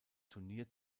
turnier